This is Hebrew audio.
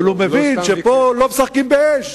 אבל הוא מבין שפה לא משחקים באש.